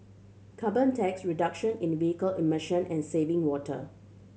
carbon tax reduction in vehicle emission and saving water